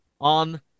On